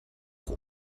auch